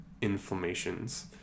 inflammations